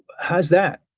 how's that?